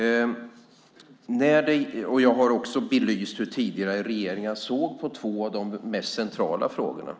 Jag har också belyst hur tidigare regeringar såg på två av de mest centrala frågorna.